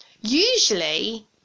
usually